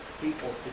people